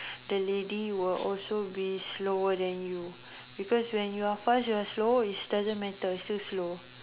the lady will also be slower than you because when you're fast you're slower it doesn't matter is still slow